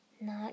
Not